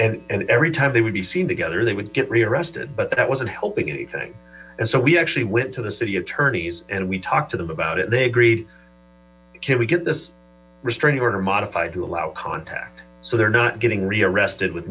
they and every time they would be seen together they would get rearrested but that wasn't helping anything and so we actually went to the city attorneys and we talked to them about it they agreed can we get this restraining order modified to allow contact so they're not getting rearrested with